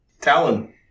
Talon